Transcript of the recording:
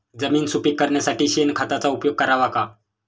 जमीन सुपीक करण्यासाठी शेणखताचा उपयोग करावा का?